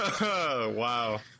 wow